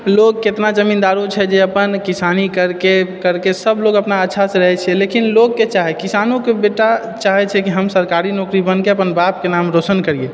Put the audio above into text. लोग केतना जमीन्दारो छै जे अपन किसानी करिके करिके सभलोग अपन अच्छासँ रहै छियै लेकिन लोगके चाहे किसानोके बेटा चाहै छै कि हम सरकारी नौकरी बनके अपन बापके नाम रौशन करियै